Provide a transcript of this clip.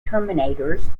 terminators